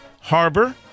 Harbor